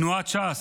תנועת ש"ס,